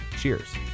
Cheers